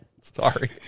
Sorry